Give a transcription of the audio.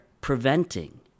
preventing